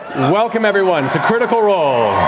welcome, everyone, to critical role.